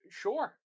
sure